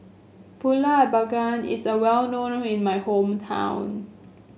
pulut panggang is a well known in my hometown